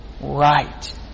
right